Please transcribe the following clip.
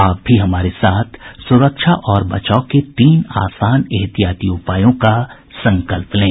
आप भी हमारे साथ सुरक्षा और बचाव के तीन आसान एहतियाती उपायों का संकल्प लें